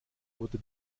wurde